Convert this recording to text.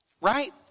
right